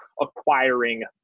acquiring